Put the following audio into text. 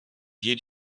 hier